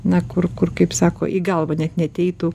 na kur kur kaip sako į galvą net neateitų